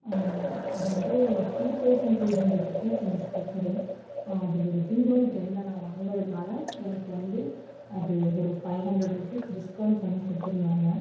அது வந்து two thousand three hundred rupees அந்த ஸ்பீக்கர் அது ஒரு தீபாவளி டைமில் நான் வாங்கினதுனால எனக்கு வந்து அது ஒரு ஃபைவ் ஹண்ட்ரட் ரூப்பீஸ் எனக்கு டிஸ்கௌண்ட் பண்ணி கொடுத்துருந்தாங்க